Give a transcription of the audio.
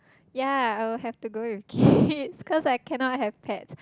ya I will have to go with kids cause I cannot have pets